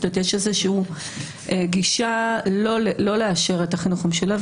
יש איזה גישה לא לאשר את החינוך המשולב.